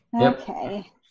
okay